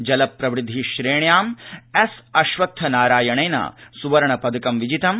जल प्रविधि श्रेण्या एस् अश्वत्थ नारायणेन सुवर्णपदक विजितम्